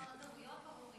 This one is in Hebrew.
נשים חד-הוריות?